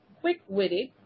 quick-witted